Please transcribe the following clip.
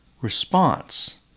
response